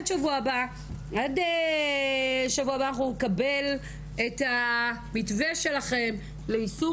עד שבוע הבא אנחנו נקבל את המתווה שלכם ליישום